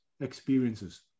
experiences